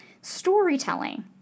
storytelling